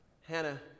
Hannah